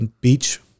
Beach